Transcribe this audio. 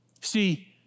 See